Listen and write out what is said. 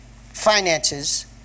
finances